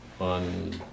on